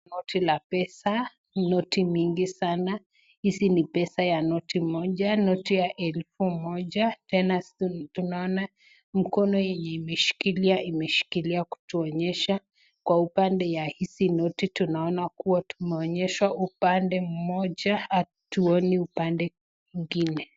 Hii ni noti la pesa, noti mingi sana. Hizi ni pesa ya noti moja, noti ya elfu moja. Tena tunaona mkono yenye imeshikilia imeshikilia kutuonyesha kwa upande ya hizi noti. Tunaona kuwa tumeonyeshwa upande mmoja hatuoni upande mwingine.